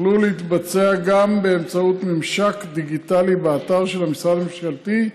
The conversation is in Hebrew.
יוכלו להתבצע גם באמצעות ממשק דיגיטלי באתר של המשרד הממשלתי,